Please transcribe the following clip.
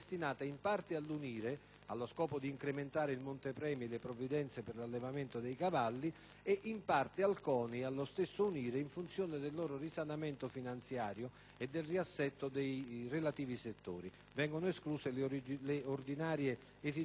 allo scopo di incrementare il montepremi e le provvidenze per l'allevamento dei cavalli, e in parte al CONI e allo stesso UNIRE in funzione del loro risanamento finanziario e del riassetto dei relativi settori. Vengono escluse le ordinarie esigenze di funzionamento